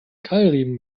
keilriemen